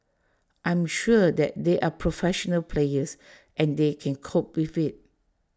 I am sure that they are professional players and they can cope with IT